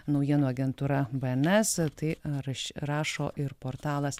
naujienų agentūra bns tai raš rašo ir portalas